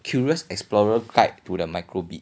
curious explorer guide to the micro bit